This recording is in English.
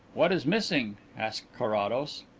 what is missing? asked carrados.